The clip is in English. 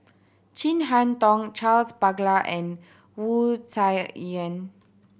Chin Harn Tong Charles Paglar and Wu Tsai Yen